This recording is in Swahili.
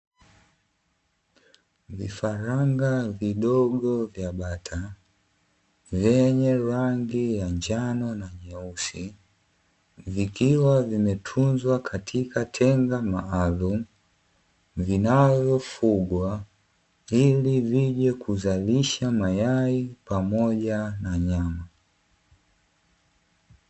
Vifaranga vidogo vya bata, vyenye rangi ya njano na nyeusi, vikiwa vimetunzwa katika tenga maalumu vinavyofugwa ili vije kuzalisha mayai pamoja na nyama.